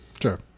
Sure